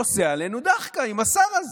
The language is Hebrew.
עושה עלינו דחקה עם השר הזה,